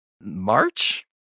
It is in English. March